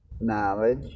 knowledge